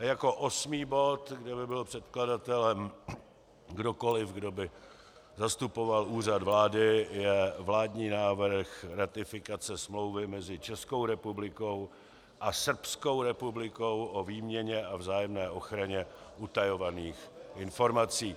Jako osmý bod, kde by byl předkladatelem kdokoli, kdo by zastupoval Úřad vlády, je vládní návrh ratifikace Smlouvy mezi Českou republikou a Srbskou republikou o výměně a vzájemné ochraně utajovaných informací.